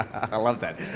i love that.